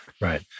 Right